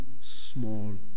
small